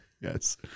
Yes